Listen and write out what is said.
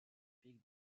pic